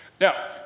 Now